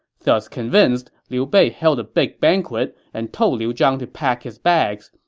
thus convinced, liu bei held a big banquet and told liu zhang to pack his bags.